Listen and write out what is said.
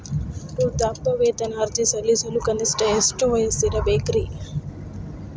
ವೃದ್ಧಾಪ್ಯವೇತನ ಅರ್ಜಿ ಸಲ್ಲಿಸಲು ಕನಿಷ್ಟ ಎಷ್ಟು ವಯಸ್ಸಿರಬೇಕ್ರಿ?